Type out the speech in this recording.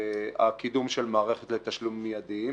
הקידום של מערכת לתשלום מיידים